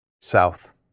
South